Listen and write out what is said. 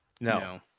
No